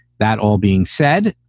that all being said,